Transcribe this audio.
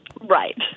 Right